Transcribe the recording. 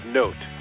note